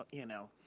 you know.